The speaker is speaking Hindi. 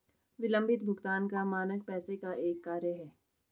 विलम्बित भुगतान का मानक पैसे का एक कार्य है